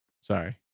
Sorry